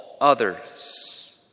others